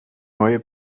neue